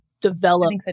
develop